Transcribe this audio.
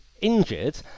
injured